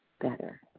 better